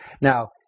Now